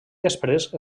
després